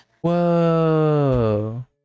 whoa